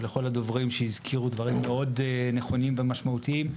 לכל הדוברים שהזכירו דברים מאוד נכונים ומשמעותיים,